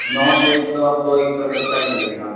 naan veg تو آپ کو ایک سو ستر ہی ملے گا